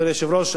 אדוני היושב-ראש,